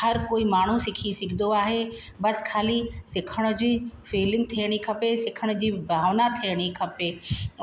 हर कोई माण्हू सिखी सघंदो आहे बसि ख़ाली सिखण जी फ़ीलिंग थियणी खपे सिखण जी भावना थियणी खपे